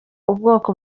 ubwoko